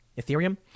Ethereum